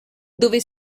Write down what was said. dove